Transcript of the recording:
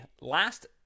last